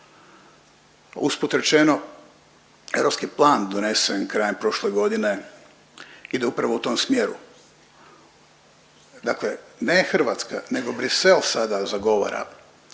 Usput rečeno europski plan donesen krajem prošle godine ide upravo u tom smjeru. Dakle, ne Hrvatska nego Bruxelles sada zagovara